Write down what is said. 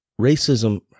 Racism